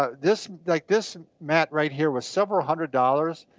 ah this, like this mat right here was several hundred dollars.